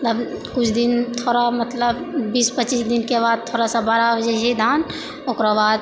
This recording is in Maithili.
मतलब किछु दिन थोड़ा मतलब बीस पचीस दिनके बाद थोड़ा सा बड़ा होइ छै जे धान ओकरोबाद